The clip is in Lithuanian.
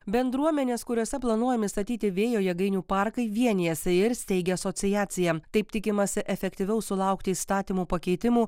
bendruomenės kuriose planuojami statyti vėjo jėgainių parkai vienijasi ir steigia asociaciją taip tikimasi efektyviau sulaukti įstatymų pakeitimų